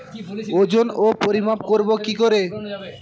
ওজন ও পরিমাপ করব কি করে?